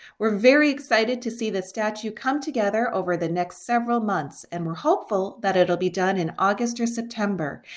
we're very excited to see the statue come together over the next several months and we're hopeful that it'll be done in august or september.